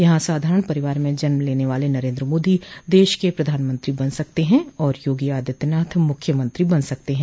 यहां साधारण परिवार में जन्म लेने वाले नरेन्द्र मोदी देश के प्रधानमंत्री बन सकते हैं और योगी आदित्यनाथ मुख्यमंत्री बन सकते हैं